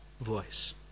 voice